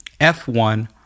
F1